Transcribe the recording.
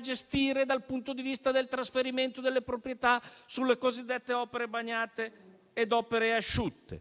gestire dal punto di vista del trasferimento delle proprietà sulle cosiddette opere bagnate e opere asciutte;